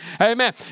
Amen